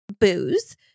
booze